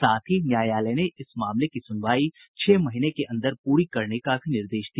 साथ ही न्यायालय ने इस मामले की सुनवाई छह महीने के अंदर पूरी करने का भी निर्देश दिया